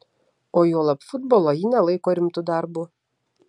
o juolab futbolo ji nelaiko rimtu darbu